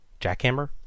Jackhammer